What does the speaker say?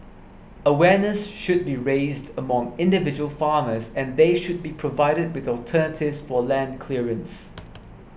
awareness should be raised among individual farmers and they should be provided with alternatives for land clearance